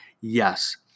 Yes